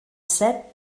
set